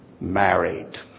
married